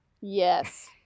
Yes